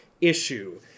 issue